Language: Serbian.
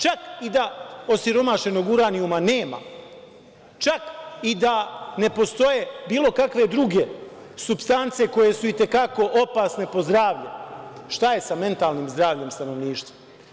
Čak i da osiromašenog uranijuma nema, čak i da ne postoje bilo kakve druge supstance koje su i te kako opasne po zdravlje, šta je sa mentalnim zdravljem stanovništva?